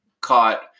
caught